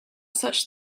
such